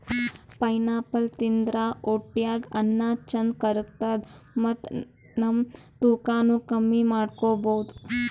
pineapple ತಿಂದ್ರ್ ಹೊಟ್ಟ್ಯಾಗ್ ಅನ್ನಾ ಚಂದ್ ಕರ್ಗತದ್ ಮತ್ತ್ ನಮ್ ತೂಕಾನೂ ಕಮ್ಮಿ ಮಾಡ್ಕೊಬಹುದ್